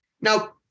Now